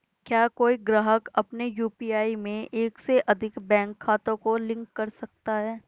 क्या कोई ग्राहक अपने यू.पी.आई में एक से अधिक बैंक खातों को लिंक कर सकता है?